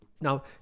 now